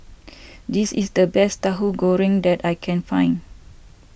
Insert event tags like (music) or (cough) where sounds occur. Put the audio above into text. (noise) this is the best Tahu Goreng that I can find